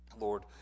Lord